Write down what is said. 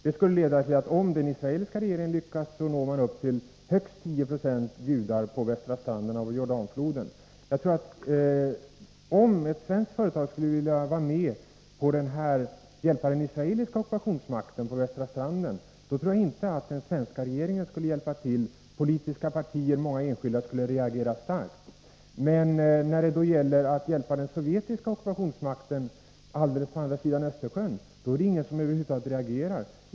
Om den israeliska regeringen lyckas, skulle det innebära att man når upp till att högst 10 26 av befolkningen på västra stranden av Jordanfloden är judar. Om ett svenskt företag skulle vilja vara med och hjälpa den israeliska ockupationsmakten på västra stranden, tror jag inte att den svenska regeringen ville hjälpa till. Politiska partier och många enskilda skulle reagera starkt, men när det gäller att hjälpa den sovjetiska ockupationsmakten alldeles på andra sidan Östersjön är det ingen som över huvud taget reagerar.